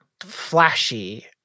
flashy